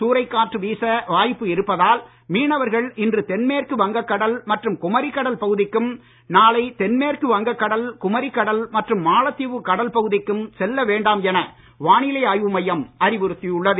சூறைக்காற்று வீச வாய்ப்பு இருப்பதால் மீனவர்கள் இன்று தென்மேற்கு வங்க கடல் மற்றும் குமரிக்கடல் பகுதிக்கும் நாளை தென்மேற்கு வங்க கடல் குமரிக்கடல் மற்றும் மாலத்தீவு கடல் பகுதிக்கும் செல்ல வேண்டாம் என வானிலை ஆய்வு மையம் அறிவுறுத்தி உள்ளது